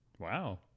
Wow